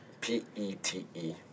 P-E-T-E